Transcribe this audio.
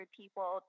people